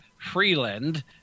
Freeland